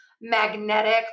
magnetic